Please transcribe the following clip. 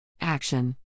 Action